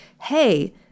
hey